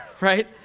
right